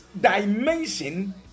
dimension